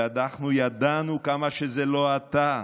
ואנחנו ידענו כמה שזה לא אתה.